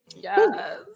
Yes